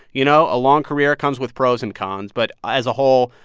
you know, a long career comes with pros and cons, but as a whole,